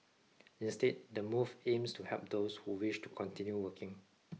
instead the move aims to help those who wish to continue working